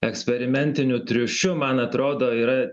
eksperimentiniu triušiu man atrodo yra